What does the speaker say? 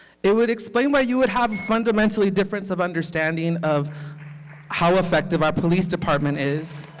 it would explain why you would have fundamental difference of understanding of how effective our police department is.